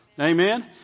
Amen